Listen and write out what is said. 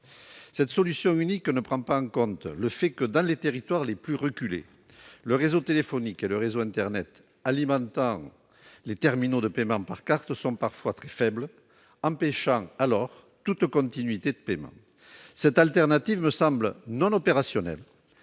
Cette solution unique ne prend pas en compte le fait que, dans les territoires les plus reculés, le réseau téléphonique et le réseau internet alimentant les terminaux de paiement par carte sont parfois très faibles, empêchant alors toute continuité de paiement. Cette alternative me semble non opérationnelle